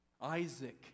Isaac